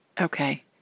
Okay